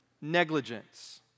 negligence